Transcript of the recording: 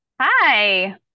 Hi